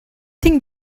think